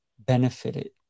benefited